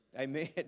Amen